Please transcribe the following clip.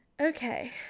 Okay